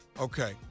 Okay